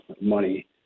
money